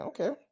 Okay